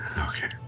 Okay